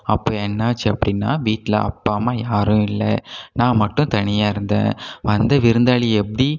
அப்போ என்னாச்சு அப்படின்னா வீட்டில் அப்பா அம்மா யாரும் இல்லை நான் மட்டும் தனியாக இருந்தேன் வந்த விருந்தாளி எப்படி